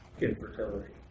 infertility